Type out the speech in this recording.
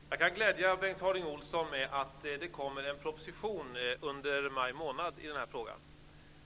Fru talman! Jag kan glädja Bengt Harding Olson med att det under maj månad kommer en proposition i den här frågan.